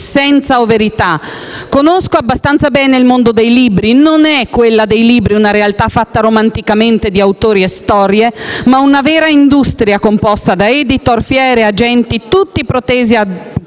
essenza o verità. Conosco abbastanza bene il mondo dei libri: non è, quella dei libri, una realtà fatta romanticamente di autori e storie, ma una vera industria, composta da *editor*, fiere, agenti, tutti protesi a